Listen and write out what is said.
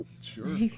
Sure